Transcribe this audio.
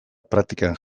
praktikan